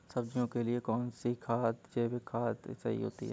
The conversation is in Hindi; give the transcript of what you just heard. सब्जियों के लिए कौन सी जैविक खाद सही होती है?